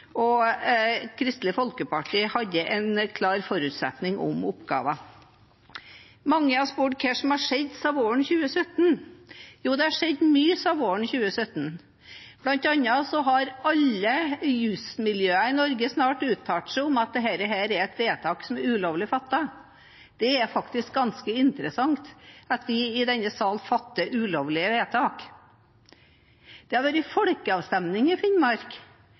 og Kristelig Folkeparti hadde en klar forutsetning om oppgaver. Mange har spurt hva som har skjedd siden våren 2017. Det har skjedd mye siden våren 2017. Blant annet har snart alle jusmiljøene i Norge uttalt seg om at dette er et vedtak som er ulovlig fattet. Det er faktisk ganske interessant at vi i denne salen fatter ulovlige vedtak. Det har vært folkeavstemning i Finnmark,